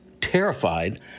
terrified